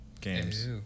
Games